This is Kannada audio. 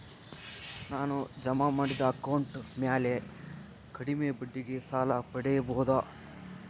ನಾನು ಜಮಾ ಮಾಡಿದ ಅಕೌಂಟ್ ಮ್ಯಾಲೆ ಕಡಿಮೆ ಬಡ್ಡಿಗೆ ಸಾಲ ಪಡೇಬೋದಾ?